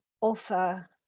offer